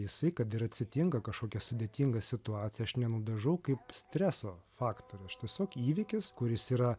jisai kad ir atsitinka kažkokia sudėtinga situacija aš nenudažau kaip streso faktorių aš tiesiog įvykis kuris yra